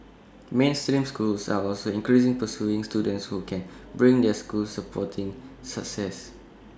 mainstream schools are also increasingly pursuing students who can bring their schools sporting success